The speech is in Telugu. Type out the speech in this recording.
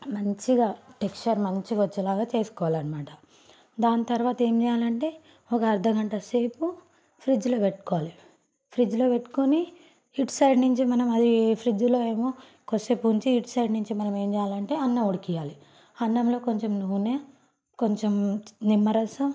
మంచిగా టెక్సచర్ మంచిగా వచ్చేలాగా చేసుకోవాలన్నమాట దాని తర్వాత ఏం చేయాలంటే ఒక అర్ధ గంటసేపు ఫ్రిడ్జ్లో పెట్టుకోవాలి ఫ్రిడ్జ్లో పెట్టుకొని ఇటు సైడ్ నుంచి మనం ఫ్రిడ్జ్లో కాసేపు ఉంచి ఇటు సైడ్ నుంచి మనం ఏం చేయాలంటే అన్నం ఉడికియాలి అన్నంలో కొంచం నూనె కొంచం నిమ్మ రసం